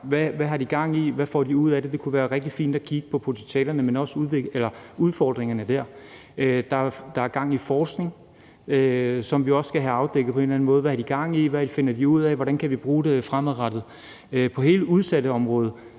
Hvad har de gang i, og hvad får de ud af det? Det kunne være rigtig fint at kigge på potentialerne, men også udfordringerne der. Der er gang i noget inden for forskningen, som vi også skal have afdækket på en eller anden måde. Hvad har de gang i? Hvad finder de ud af? Hvordan kan vi bruge det fremadrettet? På hele udsatteområdet